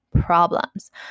problems